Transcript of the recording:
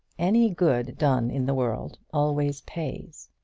any good done in the world always pays!